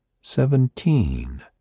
Seventeen